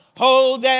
hold